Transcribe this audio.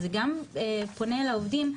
זה גם פונה אל העובדים,